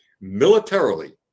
militarily